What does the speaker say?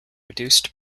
reduced